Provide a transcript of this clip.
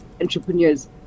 entrepreneurs